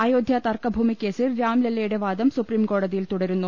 അയോധ്യാ തർക്കഭൂമിക്കേസിൽ രാംലല്ലയുടെ വാദം സുപ്രീംകോടതിയിൽ തുടരുന്നു